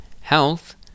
Health